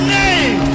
name